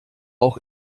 auch